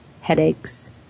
headaches